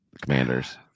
Commanders